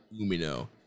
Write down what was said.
Umino